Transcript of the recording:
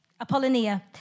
Apollonia